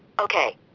Okay